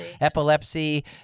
Epilepsy